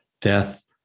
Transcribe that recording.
death